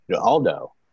Aldo